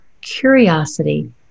curiosity